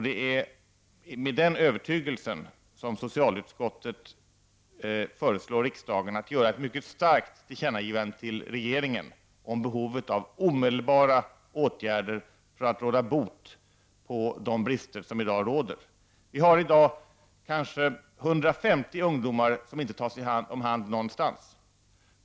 Det är med den övertygelsen som socialutskottet föreslår riksdagen att göra ett mycket starkt tillkännagivande till regeringen om behovet av omedelbara åtgärder för att råda bot på de brister som i dag råder. I dag har vi ungefär 150 ungdomar som inte tas om hand någonstans.